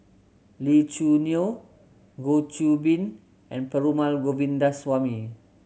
Lee Choo Neo Goh Qiu Bin and Perumal Govindaswamy